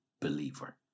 believer